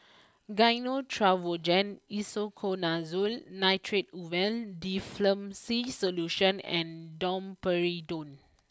Gyno Travogen Isoconazole Nitrate Ovule Difflam C Solution and Domperidone